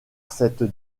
cette